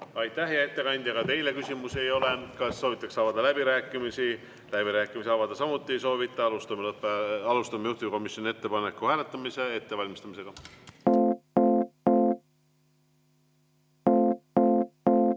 Aitäh, hea ettekandja! Ka teile küsimusi ei ole. Kas soovitakse avada läbirääkimisi? Läbirääkimisi avada samuti ei soovita. Alustame juhtivkomisjoni ettepaneku hääletamise ettevalmistamist.